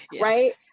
right